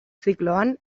zikloan